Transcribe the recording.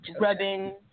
rubbing